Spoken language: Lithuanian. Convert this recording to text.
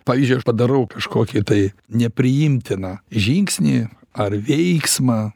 pavyzdžiui aš padarau kažkokį tai nepriimtiną žingsnį ar veiksmą